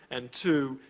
and two,